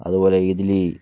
അതുപോലെ ഇതിൽ